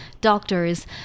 doctors